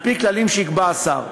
על-פי כללים שיקבע השר.